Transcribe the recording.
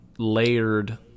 layered